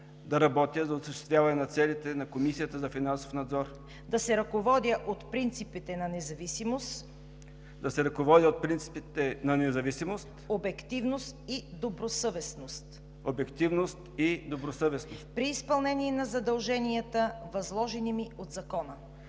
да работя за осъществяването на целите на Комисията за финансов надзор, да се ръководя от принципите на независимост, обективност и добросъвестност при изпълнение на задълженията, възложени ми от Закона.